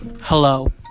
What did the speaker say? Hello